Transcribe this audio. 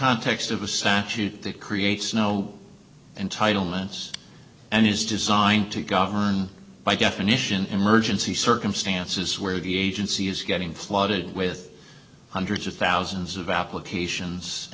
context of a satchel that creates no entitlements and is designed to govern by definition emergency circumstances where the agency is getting flooded with hundreds of thousands of applications